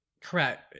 Correct